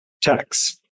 tax